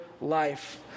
life